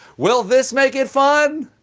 will this make it fun!